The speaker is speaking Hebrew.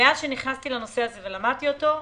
שמאז שנכנסתי לנושא הזה ולמדתי אותו,